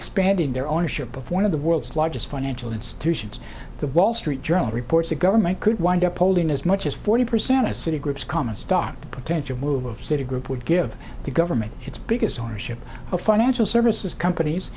expanding their ownership of one of the world's largest financial institutions the wall street journal reports the government could wind up holding as much as forty percent of citigroup's common stop potential move of citigroup would give the government its biggest ownership of financial services companies